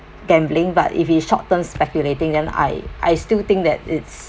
gambling but if it's short term speculating then I I still think that it's